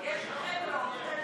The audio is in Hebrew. יש לכם רוב.